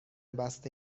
بسته